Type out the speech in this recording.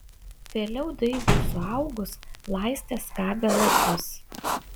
vėliau daigui suaugus laistė skabė lapus